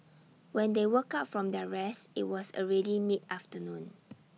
when they woke up from their rest IT was already mid afternoon